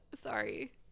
Sorry